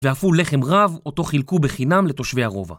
ואפו לחם רב, אותו חילקו בחינם לתושבי הרובע.